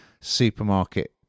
supermarket